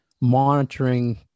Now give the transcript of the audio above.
monitoring